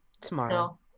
Tomorrow